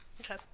Okay